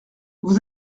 vous